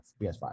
PS5